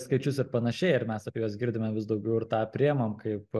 skaičius ir panašiai ir mes apie juos girdime vis daugiau ir tą priimam kaip